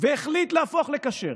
והחליט להפוך לכשר,